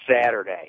Saturday